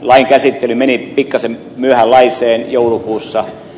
lain käsittely meni pikkasen myöhänlaiseen joulukuussa